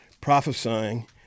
prophesying